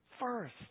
first